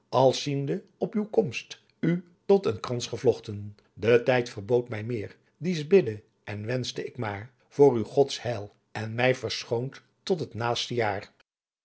als ziende op u konst u tot een krans gevlogten de tijd verbood my meer dies bidde en wensche ik maar voor u godts heil en my verschoont tot t naaste jaar